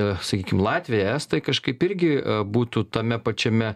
sakykim latviai estai kažkaip irgi būtų tame pačiame